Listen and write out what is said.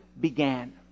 began